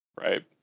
right